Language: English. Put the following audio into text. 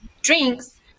drinks